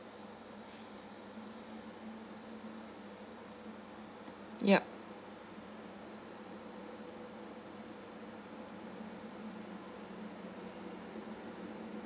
yup